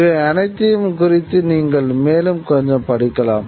இவை அனைத்தையும் குறித்து நீங்கள் மேலும் கொஞ்சம் படிக்கலாம்